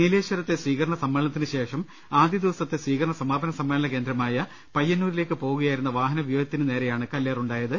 നീലേശ്വരത്തെ സ്വീകരണ സമ്മേളനത്തിനുശേഷം ആദ്യദിവസത്തെ സ്വീകരണ സമാപന സമ്മേളന കേന്ദ്രമായ പയ്യന്നൂരിലേക്ക് പോകുകയായി രുന്ന വാഹനവ്യൂഹത്തിന് നേരെയാണ് കല്ലേറുണ്ടായത്